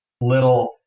little